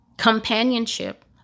companionship